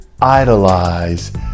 idolize